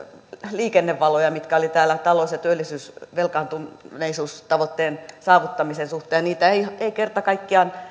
liikennevaloja mitkä olivat täällä talous työllisyys ja velkaantuneisuustavoitteiden saavuttamisen suhteen niitä ei kerta kaikkiaan